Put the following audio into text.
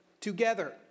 together